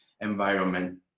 environment